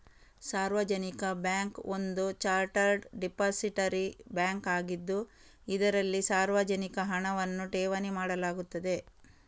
ಸಾರ್ವಜನಿಕ ಬ್ಯಾಂಕ್ ಒಂದು chartered depository bank ಆಗಿದ್ದು, ಇದರಲ್ಲಿ ಸಾರ್ವಜನಿಕ ಹಣವನ್ನು ಠೇವಣಿ ಮಾಡಲಾಗುತ್ತದೆ